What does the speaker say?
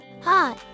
Hi